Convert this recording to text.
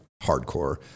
hardcore